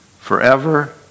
forever